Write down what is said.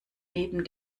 neben